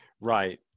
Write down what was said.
Right